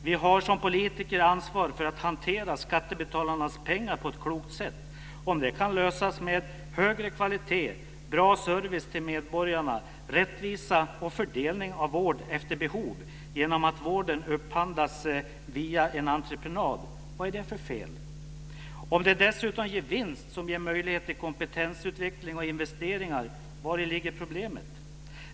Vi har som politiker ansvar för att hantera skattebetalarnas pengar på ett klokt sätt. Om det kan lösas med högre kvalitet, bra service till medborgarna, rättvisa och fördelning av vård efter behov genom att vården upphandlar via entreprenad, vad är det då för fel? Om det dessutom ger vinst som ger möjlighet till kompetensutveckling och investeringar, vari ligger problemet?